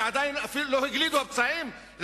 ועדיין לא הגלידו הפצעים שלו,